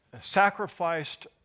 sacrificed